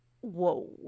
Whoa